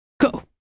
go